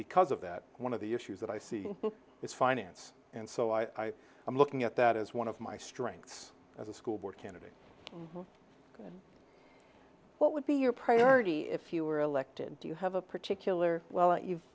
because of that one of the issues that i see is finance and so i i'm looking at that as one of my strengths as a school board candidate what would be your priority if you were elected do you have a particular well